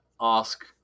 ask